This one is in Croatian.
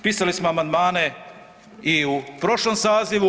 Pisali smo amandmane i u prošlom sazivu.